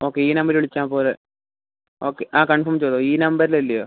okay ഈ നമ്പറിൽ വിളിച്ചാൽ പോരെ ഓക്കെ ആ കൺഫേം ചെയ്തോ ഈ നമ്പറിൽ അല്ലെയോ